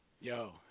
Yo